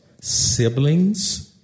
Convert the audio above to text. siblings